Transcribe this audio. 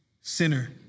sinner